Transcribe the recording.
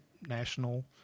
national